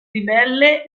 ribelle